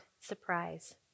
surprise